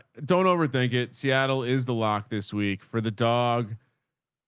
don't overthink it. seattle is the lock this week for the dog.